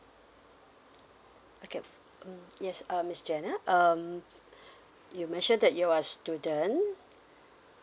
okay mm yes uh miss janet um you mentioned that you're a student